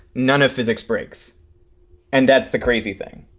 none of physics breaks and that's the crazy thing.